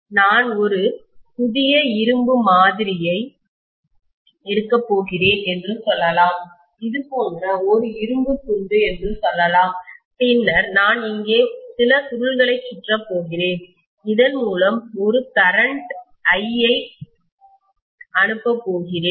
நான் ஒரு புதிய இரும்பு மாதிரியை எடுக்கப் போகிறேன் என்று சொல்லலாம் இது போன்ற ஒரு இரும்புத் துண்டு என்று சொல்லலாம் பின்னர் நான் இங்கே சில சுருள்களைச் சுற்றப் போகிறேன் இதன் மூலம் நான் ஒரு கரண்ட் I ஐ அனுப்பப் போகிறேன்